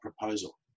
proposal